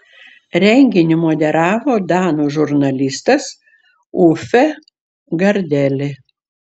renginį moderavo danų žurnalistas uffe gardeli